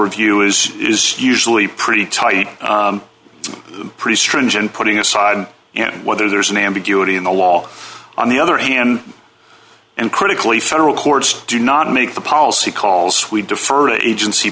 review is is usually pretty tight pretty stringent putting aside and whether there's an ambiguity in the law on the other hand and critically federal courts do not make the policy calls we defer to agency